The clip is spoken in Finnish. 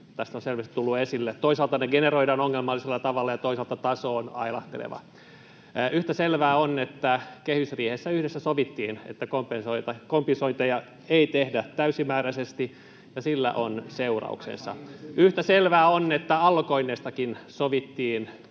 tässä ovat selvästi tulleet esille: toisaalta ne generoidaan ongelmallisella tavalla, ja toisaalta taso on ailahteleva. Yhtä selvää on, että kehysriihessä yhdessä sovittiin, että kompensointeja ei tehdä täysimääräisesti, ja sillä on seurauksensa. Yhtä selvää on, että allokoinneistakin sovittiin